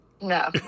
No